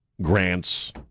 grants